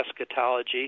eschatology